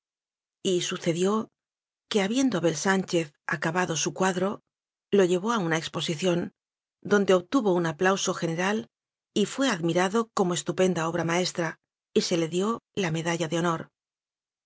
y sucedió que habiendo abel sánchez aca bado su cuadro lo llevó a una exposición donde obtuvo un aplauso general y fué ad mirado como estupenda obra maestra y se le dió la medalla de honor